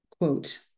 quote